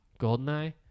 goldeneye